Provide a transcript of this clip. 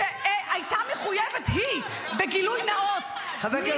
הייתה מחויבת בגילוי נאות -- חבר הכנסת רון.